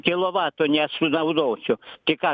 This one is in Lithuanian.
kilovato nesunaudosiu tai ką